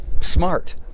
smart